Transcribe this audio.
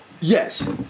Yes